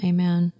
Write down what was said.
Amen